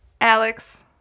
Alex